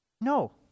No